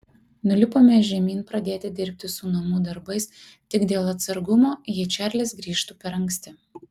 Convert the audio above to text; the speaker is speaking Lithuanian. nulipome žemyn pradėti dirbti su namų darbais tik dėl atsargumo jei čarlis grįžtų per anksti